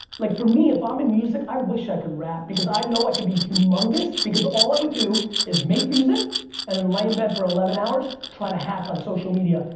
like for me if i'm in music i wish i could rap because i know i could be humongous because all i would do is make music and then lay in bed for eleven hours, try to hack on social media.